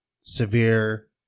Severe